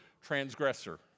transgressor